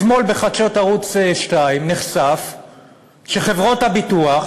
אתמול בחדשות ערוץ 2 נחשף שחברות הביטוח